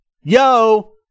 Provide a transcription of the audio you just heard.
Yo